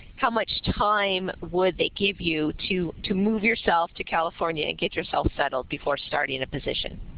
how much time would they give you to to move yourself to california and get yourself settled before starting a position?